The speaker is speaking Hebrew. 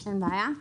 אין בעיה,